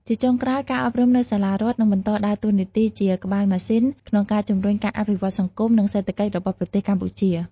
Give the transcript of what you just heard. ជាចុងក្រោយ ការអប់រំនៅសាលារដ្ឋនឹងបន្តដើរតួនាទីជា ក្បាលម៉ាស៊ីន ក្នុងការជំរុញការអភិវឌ្ឍសង្គម និងសេដ្ឋកិច្ចរបស់ប្រទេសកម្ពុជា។